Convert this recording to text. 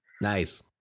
nice